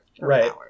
Right